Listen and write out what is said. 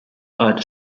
are